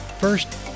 First